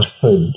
food